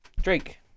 Drake